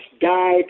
died